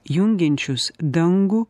jungiančius dangų